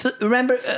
Remember